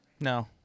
No